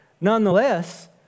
nonetheless